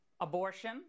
abortion